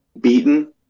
beaten